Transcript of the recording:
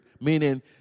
meaning